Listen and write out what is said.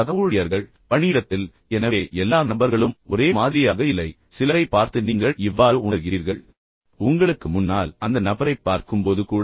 சக ஊழியர்கள் பணியிடத்தில் எனவே எல்லா நபர்களும் ஒரே மாதிரியாக இல்லை சிலரை பார்த்து நீங்கள் இவ்வாறு உணர்கிறீர்கள் உங்களுக்கு முன்னால் அந்த நபரைப் பார்க்கும்போது கூட